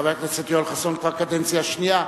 חבר הכנסת יואל חסון כבר בקדנציה השנייה.